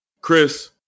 Chris